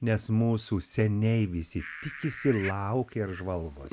nes mūsų seniai visi tikisi laukia ir žvalgos